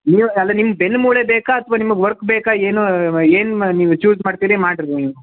ನೀವು ಅಲ್ಲ ನಿಮ್ಗೆ ಬೆನ್ನು ಮೂಳೆ ಬೇಕಾ ಅಥವಾ ನಿಮಗೆ ವರ್ಕ್ ಬೇಕಾ ಏನು ಏನು ಮ ನೀವು ಚೂಸ್ ಮಾಡ್ತೀರಿ ಮಾಡ್ರಿ ನೀವು